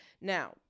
Now